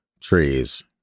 trees